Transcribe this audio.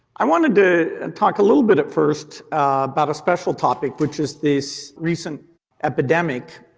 i wanted to talk a little bit at first about a special topic which is this recent epidemic.